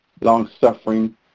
long-suffering